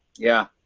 yeah.